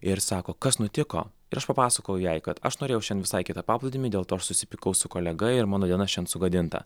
ir sako kas nutiko ir aš papasakojau jai kad aš norėjau šiandien į visai kitą paplūdimį dėl to susipykau su kolega ir mano diena šian sugadinta